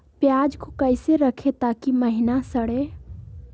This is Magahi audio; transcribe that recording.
प्याज को कैसे रखे ताकि महिना सड़े?